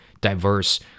diverse